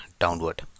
downward